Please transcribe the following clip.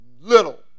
little